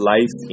Life